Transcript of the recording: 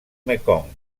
mekong